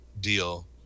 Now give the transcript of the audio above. deal